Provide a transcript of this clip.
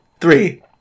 three